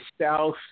South